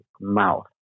mouth